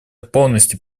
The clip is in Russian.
полностью